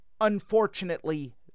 Unfortunately